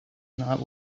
not